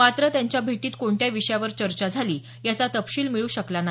मात्र त्यांच्या भेटीत कोणत्या विषयावर चर्चा झाली याचा तपशील मिळू शकला नाही